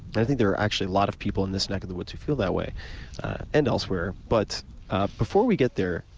but i think there are actually a lot of people in this neck of the woods who feel that way and elsewhere. but before we get there,